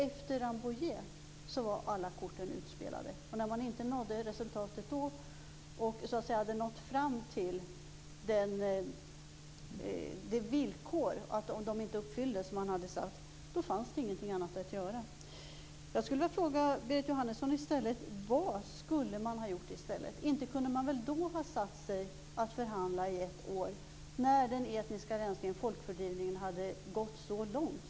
Efter Rambouilletförhandlingarna var alla korten utspelade. När man inte nådde resultat då och villkoren inte uppfylldes så som man hade sagt, fanns det inget annat att göra. Jag vill fråga Berit Jóhannesson vad man skulle ha gjort i stället. Inte kunde man väl ha satt sig att förhandla i ytterligare ett år när den etniska rensningen och folkfördrivningen hade gått så långt.